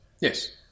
Yes